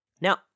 Now